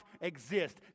exist